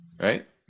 right